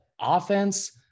offense